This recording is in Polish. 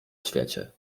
świecie